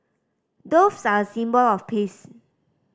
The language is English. doves are a symbol of peace